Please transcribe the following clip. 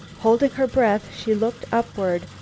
holding her breath she looked upward.